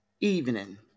evening